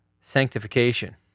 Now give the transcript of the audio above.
sanctification